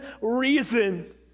reason